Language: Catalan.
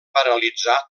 paralitzar